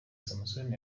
samusoni